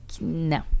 No